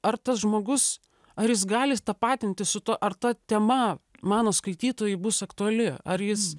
ar tas žmogus ar jis gali tapatintis su tuo ar ta tema mano skaitytojui bus aktuali ar jis